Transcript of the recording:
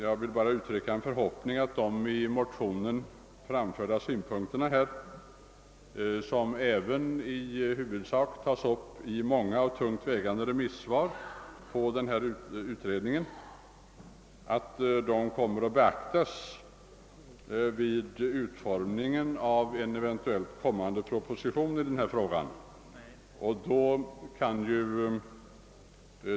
Jag vill bara uttrycka en förhoppning att de i motionen framförda synpunkterna, som även i huvudsak återkommer i många och tungt vägande remissvar över utredningen, skall beaktas vid utformningen av en eventuell kommande proposition i denna fråga.